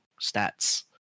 stats